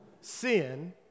sin